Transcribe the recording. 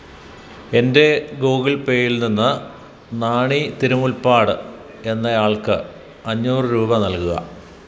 എൻ്റെ ഗൂഗിൾ പേയിൽ നിന്ന് നാണി തിരുമുൽപ്പാട് എന്നയാൾക്ക് അഞ്ഞൂറ് രൂപ നൽകുക